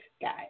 guys